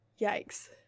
Yikes